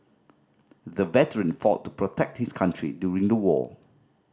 the veteran fought to protect his country during the war